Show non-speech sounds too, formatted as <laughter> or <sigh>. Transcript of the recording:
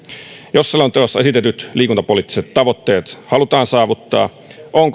jos selonteossa esitetyt liikuntapoliittiset tavoitteet halutaan saavuttaa on <unintelligible>